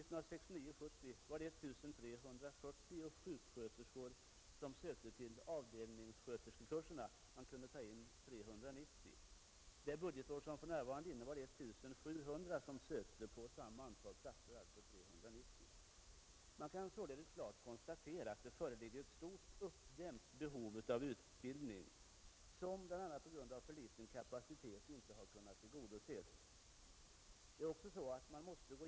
År 1969/70 var det 1 340 sjuksköterskor som sökte till avdelningssköterskekurserna. Man kunde då taga in bara 390. Innevarande budgetår var antalet sökande 1 700 på samma antal platser, alltså 390. Vi kan således klart konstatera att det föreligger ett stort uppdämt behov av utbildning, ett behov som bl.a. på grund av för liten intagningskapacitet inte har kunnat tillgodoses.